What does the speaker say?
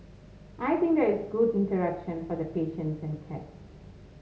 I think that it's good interaction for the patients and cats